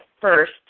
first